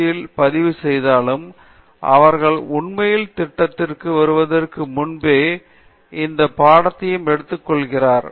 D யில் பதிவு செய்தாலும் அவர்கள் உண்மையான திட்டத்திற்கு வருவதற்கு முன்பே இந்த பாடத்தையும் எடுத்துக்கொள்கிறார்